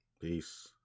Peace